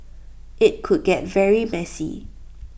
IT could get very messy